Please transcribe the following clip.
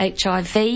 HIV